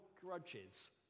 grudges